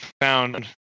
found